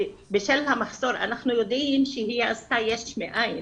בשל המחסור אנחנו יודעים שהיא עשתה יש מאין,